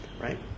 right